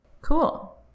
Cool